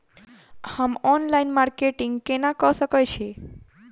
हम online marketing केना कऽ सकैत छी?